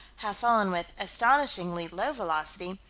have fallen with astonishingly low velocity,